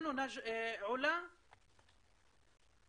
ואלפי תלמידים כך נודע לנו אתמול